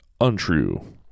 untrue